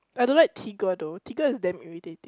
I don't like tiger though tiger is damn irritating